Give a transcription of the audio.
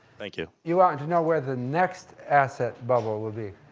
thank you. you want and to know where the next asset bubble will be?